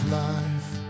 life